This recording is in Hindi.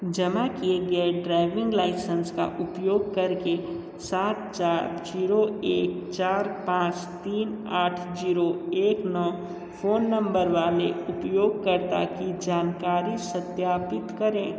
जमा किए गए ड्राइविंग लाइसेंस का उपयोग करके सात चार जीरो एक चार पाँच तीन आठ जीरो एक नौ फ़ोन नंबर वाले उपयोगकर्ता की जानकारी सत्यापित करें